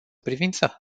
privință